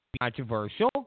controversial